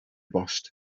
bost